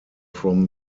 from